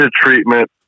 treatment